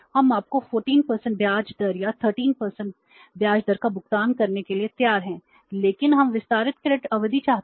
हम आपको 14 ब्याज दर या 13 ब्याज दर का भुगतान करने के लिए तैयार हैं लेकिन हम विस्तारित क्रेडिट अवधि चाहते हैं